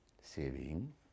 Saving